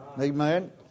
Amen